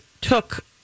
took